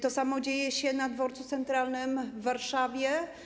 To samo dzieje się na Dworcu Centralnym w Warszawie.